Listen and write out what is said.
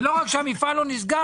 לא רק שהמפעל לא נסגר,